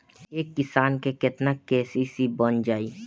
एक किसान के केतना के.सी.सी बन जाइ?